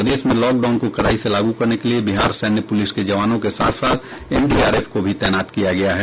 प्रदेश में लॉकडाउन को कड़ाई से लागू करने के लिए बिहार सैन्य पुलिस के जवानों के साथ साथ एनडीआरएफ को भी तैनात किया गया है